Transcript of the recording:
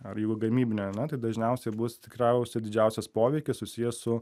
ar jau ir gamybinė a ne tai dažniausiai bus tikriausiai didžiausias poveikis susijęs su